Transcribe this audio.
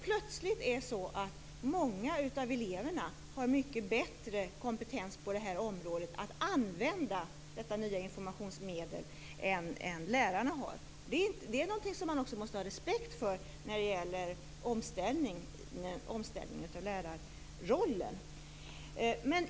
Plötsligt har många av eleverna mycket bättre kompetens när det gäller att använda detta nya informationsmedel än lärarna har. Det är något man måste ha respekt för när det gäller omställning av lärarrollen.